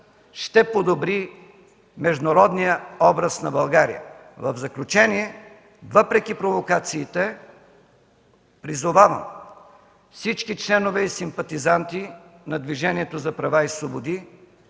ще подобри международния образ на България. В заключение, въпреки провокациите призовавам всички членове и симпатизанти на Движението за права и свободи